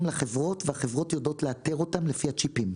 לחברות והחברות יודעות לאתר אותם לפי הצ'יפים.